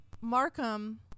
Markham